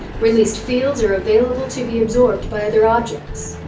released fields are available to be absorbed by other objects.